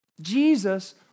Jesus